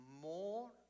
more